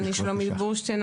אני שולמית בורשטיין,